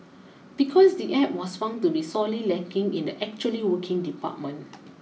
because the App was found to be sorely lacking in the actually working department